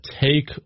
take